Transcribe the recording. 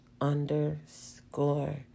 underscore